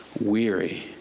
weary